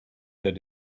that